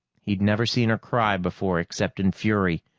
he's never seen her cry before, except in fury.